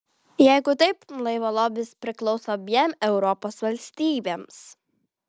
jeigu taip laivo lobis priklauso abiem europos valstybėms